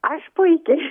aš puikiai